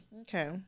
okay